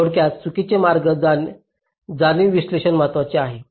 थोडक्यात चुकीचे मार्ग जाणीव विश्लेषण महत्वाचे आहे